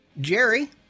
Jerry